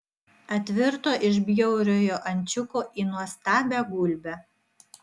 atvirto iš bjauriojo ančiuko į nuostabią gulbę